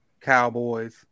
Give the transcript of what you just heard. Cowboys